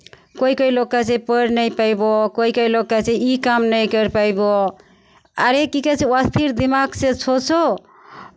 कोइ कोइ लोक कहै छै पढ़ि नहि पयबहु कोइ कोइ लोक कहै छै ई काम नहि करि पयबहु अरे की कहै छै ओ स्थिर दिमागसँ सोचू